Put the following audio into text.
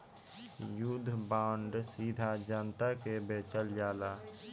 युद्ध बांड सीधा जनता के बेचल जाला